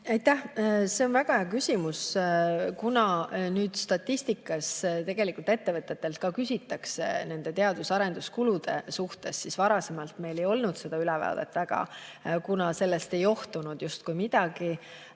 See on väga hea küsimus, kuna nüüd statistikas tegelikult ettevõtetelt küsitakse nende teadus- ja arenduskulude kohta. Varasemalt meil ei olnud seda ülevaadet, kuna sellest ei johtunud justkui midagi.